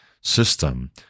system